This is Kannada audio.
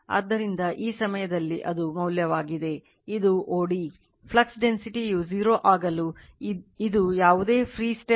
ಆದ್ದರಿಂದ ಈ ಸಮಯದಲ್ಲಿ ಇದು ಮೌಲ್ಯವಾಗಿದೆ ಇದು o d